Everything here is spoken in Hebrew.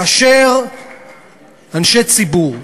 כאשר אנשי ציבור,